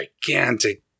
gigantic